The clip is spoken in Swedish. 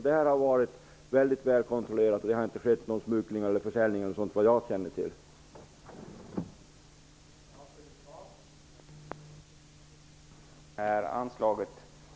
Det har varit väldigt väl kontrollerat, och det har såvitt jag känner till inte skett någon smuggling eller försäljning.